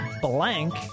blank